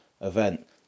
event